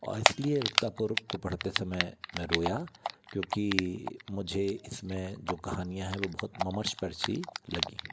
और इसलिए रुकतापुर को पढ़ते समय मैं रोया क्योंकि मुझे इसमे जो कहानियाँ है वो बहुत ममस्पर्शी लगी